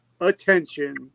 attention